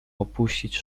opuścić